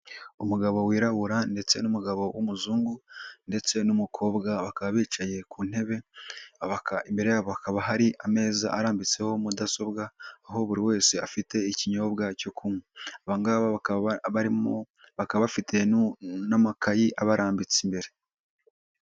Umugabo wirabura ndetse n'umugabo w'umuzungu ndetse n'umukobwa, bakaba bicaye ku ntebe. Imbere yabo hakaba hari ameza arambitseho mudasobwa, aho buri wese afite ikinyobwa cyo kunywa. Aba ngaba bakaba bafite n'amakayi abarambitse imbere.